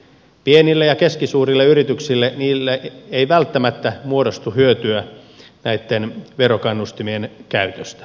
pienille ja keskisuurille yrityksille ei välttämättä muodostu hyötyä näitten verokannustimien käytöstä